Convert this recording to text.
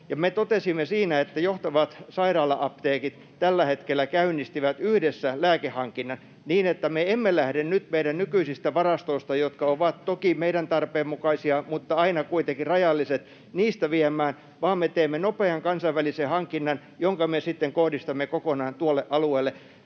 me totesimme, että johtavat sairaala-apteekit tällä hetkellä käynnistivät yhdessä lääkehankinnan niin, että me emme lähde nyt viemään meidän nykyisistä varastoista, jotka ovat toki meidän tarpeen mukaisia, mutta aina kuitenkin rajalliset, vaan me teemme nopean kansainvälisen hankinnan, jonka me sitten kohdistamme kokonaan tuolle alueelle.